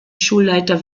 schulleiter